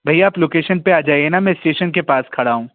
भैया आप लोकेशन पर आ जाइए ना मैं स्टेशन के पास खड़ा हूँ